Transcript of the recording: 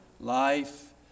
life